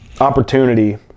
opportunity